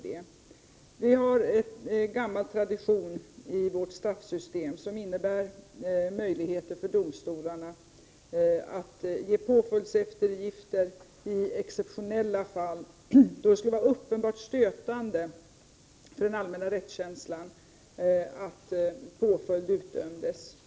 Det är en gammal tradition i vårt rättssystem som lämnar domstolarna möjlighet att ge påföljdseftergifter i exceptionella fall, då det skulle vara uppenbart stötande för den allmänna rättskänslan att påföljd utdöms.